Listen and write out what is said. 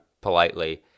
politely